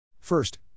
First